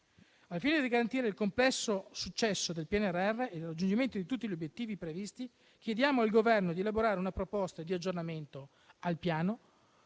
Al fine di garantire il completo successo del PNRR e il raggiungimento di tutti gli obiettivi previsti, chiediamo al Governo di elaborare una proposta di aggiornamento al Piano